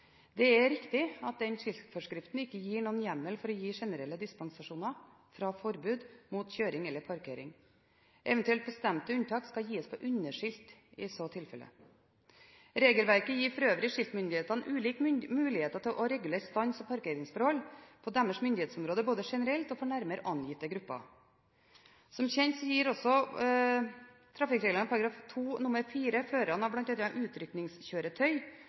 Det er riktig at den skiltforskriften ikke gir noen hjemmel for å gi generelle dispensasjoner fra forbud mot kjøring eller parkering. Eventuelt bestemte unntak skal gis på underskilt i så tilfelle. Regelverket gir for øvrig skiltmyndighetene ulike muligheter til å regulere stans- og parkeringsforholdene på deres myndighetsområde, både generelt og for nærmere angitte grupper. Som kjent gir også trafikkreglene § 2 nr. 4 førere av